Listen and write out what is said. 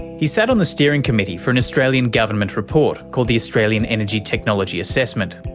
he sat on the steering committee for an australian government report called the australian energy technology assessment.